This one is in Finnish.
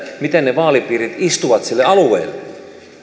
miten ne vaalipiirit istuvat sille alueelle